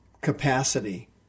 capacity